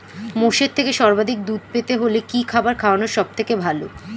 মোষের থেকে সর্বাধিক দুধ পেতে হলে কি খাবার খাওয়ানো সবথেকে ভালো?